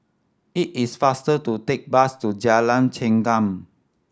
it is faster to take bus to Jalan Chengam